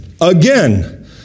again